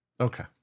Okay